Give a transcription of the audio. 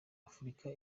afurika